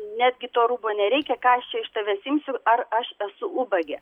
netgi to rūbo nereikia ką aš čia iš tavęs imsiu ar aš esu ubagė